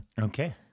Okay